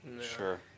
Sure